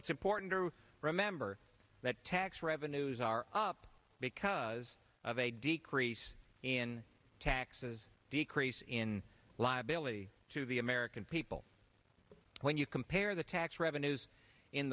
it's important to remember that tax revenues are up because of a decrease in taxes decrease in liability to the american people when you compare the tax revenues in